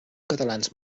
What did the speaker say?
catalans